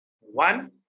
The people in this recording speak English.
One